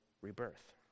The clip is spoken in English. rebirth